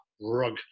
rug